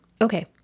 Okay